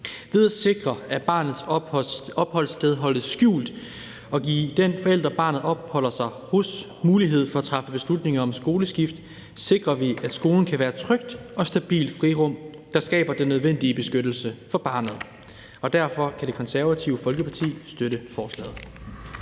Ved at sikre, at barnets opholdssted holdes skjult, og give den forælder, barnet opholder sig hos, mulighed for at træffe beslutning om skoleskift, sikrer vi, at skolen kan være et trygt og stabilt frirum, der skaber den nødvendige beskyttelse for barnet. Derfor kan Det Konservative Folkeparti støtte forslaget.